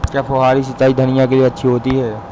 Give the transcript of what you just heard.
क्या फुहारी सिंचाई धनिया के लिए अच्छी होती है?